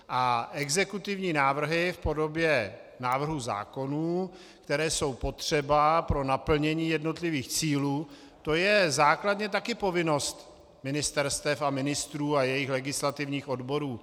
A exekutivní návrhy v podobě návrhů zákonů, které jsou potřeba pro naplnění jednotlivých cílů, to je základně také povinnost ministerstev a ministrů a jejich legislativních odborů.